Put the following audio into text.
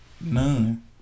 None